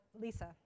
Lisa